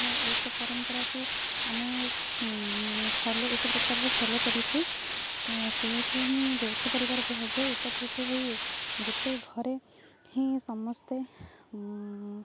ତ ଏକ ପରମ୍ପରାକୁ ଆମେ ଫଲୋ ଏକ ପ୍ରକାରର ଫଲୋ କରିଥାଉ ତ ସେକୁ ହିଁ ଯୌଥ ପରିବାର କୁହାଯାଏ ଏକତ୍ରିତ ହୋଇ ଗୋଟେ ଘରେ ହିଁ ସମସ୍ତେ